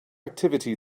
activity